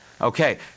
Okay